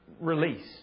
release